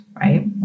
right